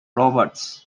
roberts